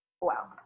Wow